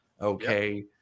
okay